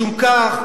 משום כך,